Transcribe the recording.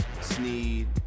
Sneed